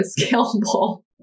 scalable